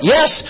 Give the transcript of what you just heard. Yes